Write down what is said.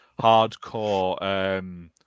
hardcore